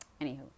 Anywho